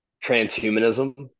transhumanism